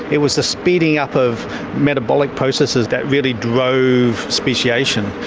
it was the speeding up of metabolic processes that really drove speciation.